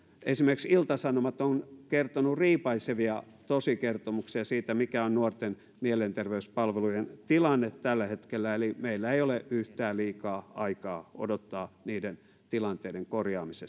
esimerkiksi ilta sanomat on kertonut riipaisevia tosikertomuksia siitä mikä on nuorten mielenterveyspalvelujen tilanne tällä hetkellä meillä ei ole yhtään liikaa aikaa odottaa niiden tilanteiden korjaamista